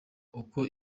uko